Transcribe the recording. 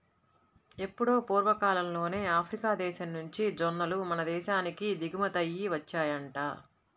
ఎప్పుడో పూర్వకాలంలోనే ఆఫ్రికా దేశం నుంచి జొన్నలు మన దేశానికి దిగుమతయ్యి వచ్చాయంట